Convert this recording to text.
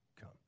come